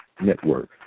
Network